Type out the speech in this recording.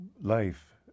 life